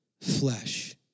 flesh